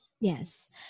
Yes